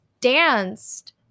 danced